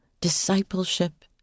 discipleship